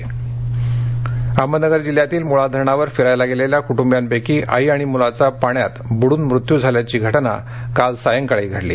निधन अहमदनगर अहमदनगर जिल्ह्यातील मुळा धरणावर फिरायला गेलेल्या कुटुंबियापैकी आई आणि मुलाचा पाण्यात बुडून मृत्यू झाल्याची घटना काल सायंकाळी घडली